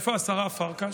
איפה השרה פרקש?